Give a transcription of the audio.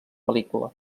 pel·lícula